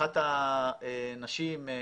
אחת הנשים,